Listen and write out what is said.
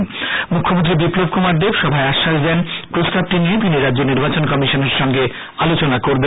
এ বিষয়ে মুখ্যমন্ত্রী বিপ্লব কুমার দেব সভায় আশ্বাস দেন প্রস্তাবটি নিয়ে তিনি রাজ্য নির্বাচন কমিশনের সঙ্গে আলোচনা করবেন